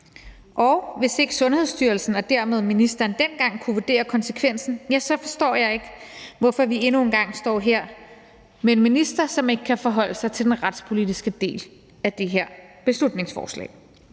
Og hvis ikke Sundhedsstyrelsen og dermed ministeren dengang kunne vurdere konsekvenserne, forstår jeg ikke, hvorfor vi endnu en gang står her med en minister, som ikke kan forholde sig til den retspolitiske del af det her beslutningsforslag.